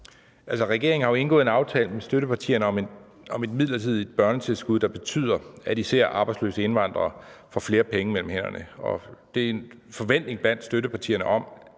Regeringen har jo indgået en aftale med støttepartierne om et midlertidigt børnetilskud, der betyder, at især arbejdsløse indvandrere får flere penge mellem hænderne. Der er en forventning blandt støttepartierne om,